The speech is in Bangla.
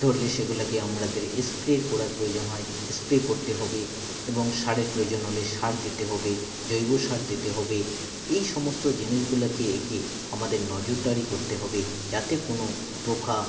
ধরলে সেগুলোকে আমাদের স্প্রে করার প্রয়োজন হয় স্প্রে করতে হবে এবং সারের প্রয়োজন হলে সার দিতে হবে জৈব সার দিতে হবে এই সমস্ত জিনিসগুলোকে একে আমাদের নজরদারি করতে হবে যাতে কোনও পোকা